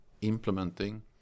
implementing